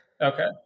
Okay